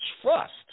trust